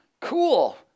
Cool